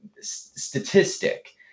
statistic